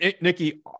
Nikki